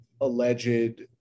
alleged